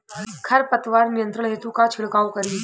खर पतवार नियंत्रण हेतु का छिड़काव करी?